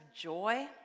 joy